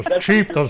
cheap